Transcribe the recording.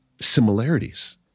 similarities